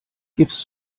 gibst